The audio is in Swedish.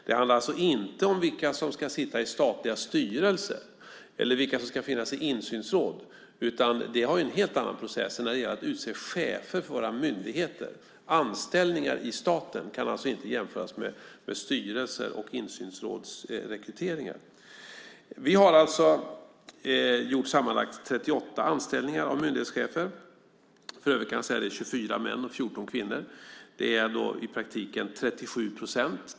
Det handlar alltså inte om vilka som ska sitta i statliga styrelser eller vilka som ska finnas i insynsråd, där vi har en helt annan process än när det gäller att utse chefer för våra myndigheter. Anställningar i staten kan alltså inte jämföras med styrelser och insynsrådsrekryteringar. Vi har gjort sammanlagt 38 anställningar av myndighetschefer. För övrigt kan jag säga att det är 24 män och 14 kvinnor. Det är i praktiken 37 procent kvinnor.